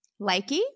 likey